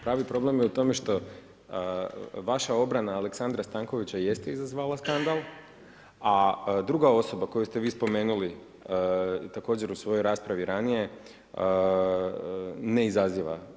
Pravi problem je u tome što, vaša obrana Aleksandra Stankovića jeste izazvala skandal, a druga osoba koju ste vi spomenuli, također u svojoj raspravi ranije, ne izaziva.